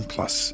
Plus